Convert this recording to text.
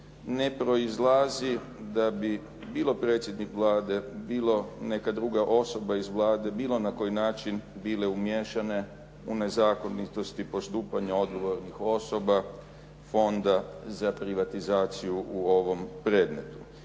ne proizlazi da bi bilo predsjednik Vlade, bilo neka druga osoba iz Vlade bilo na koji način bile umiješane u nezakonitosti postupanja odgovornih osoba Fonda za privatizaciju u ovom predmetu.